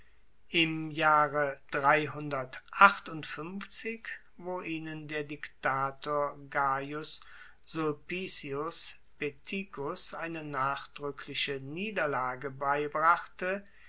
im jahre wo ihnen der diktator gaius sulpicius peticus eine nachdrueckliche niederlage beibrachte